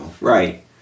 Right